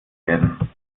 werden